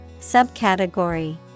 Subcategory